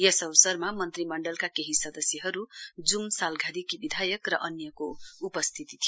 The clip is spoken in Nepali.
यस अवसरमा मन्त्रीमण्डलका कही सदस्यहरू जूभ सालघारीकी विधायक र अन्यको उपस्थिती थियो